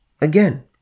again